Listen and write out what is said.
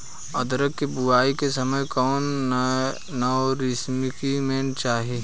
उरद के बुआई के समय कौन नौरिश्मेंट चाही?